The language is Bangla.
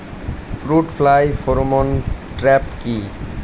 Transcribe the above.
ফ্রুট ফ্লাই ফেরোমন ট্র্যাপ কি?